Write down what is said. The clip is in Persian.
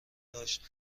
داشت